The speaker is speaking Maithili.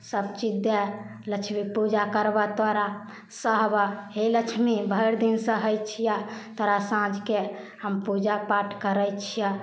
सभचीज दए लक्ष्मीपूजा करबह तोरा सहबह हे लक्ष्मी भरिदिन सहै छिअह तोरा साँझकेँ हम पूजा पाठ करै छियह